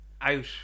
out